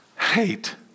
hate